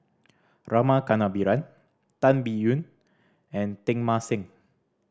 Rama Kannabiran Tan Biyun and Teng Mah Seng